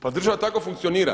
Pa država tako funkcionira.